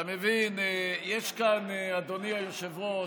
אתה מבין, יש כאן, אדוני היושב-ראש,